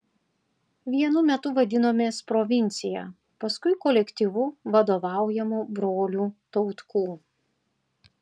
vienu metu vadinomės provincija paskui kolektyvu vadovaujamu brolių tautkų